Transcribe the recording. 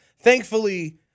Thankfully